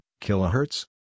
Kilohertz